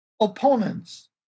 opponents